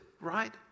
right